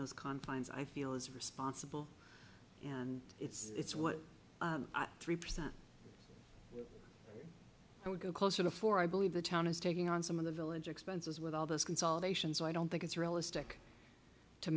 confines i feel is responsible and it's what three percent i would go closer to four i believe the town is taking on some of the village expenses with all this consolidation so i don't think it's realistic to